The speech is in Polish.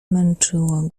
męczyło